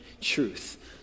truth